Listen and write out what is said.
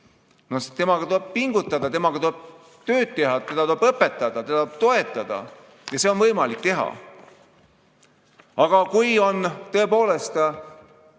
keelt. Temaga tuleb pingutada, temaga tuleb tööd teha, teda tuleb õpetada, teda tuleb toetada. Ja seda on võimalik teha. Aga kui on tõepoolest